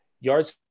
Yards